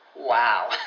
Wow